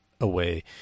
away